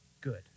good